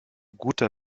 guter